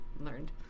learned